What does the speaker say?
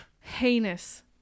heinous